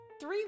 Three